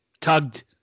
tugged